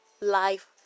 life